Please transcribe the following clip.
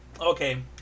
Okay